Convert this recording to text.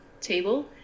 table